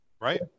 Right